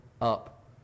up